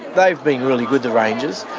they've been really good, the rangers,